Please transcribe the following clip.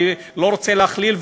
אני לא רוצה להכליל,